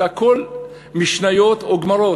זה הכול משניות וגמרות.